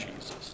Jesus